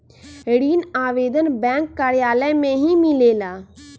ऋण आवेदन बैंक कार्यालय मे ही मिलेला?